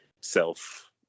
self